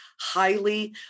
highly